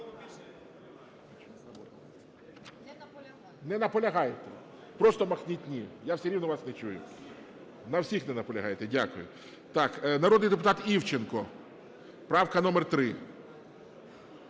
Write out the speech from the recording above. Не наполягає? Просто махніть "ні", я все рівно вас не чую. На всіх не наполягаєте? Дякую. Так, народний депутат Івченко, правка номер 3.